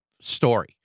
story